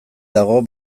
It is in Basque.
dago